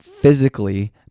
physically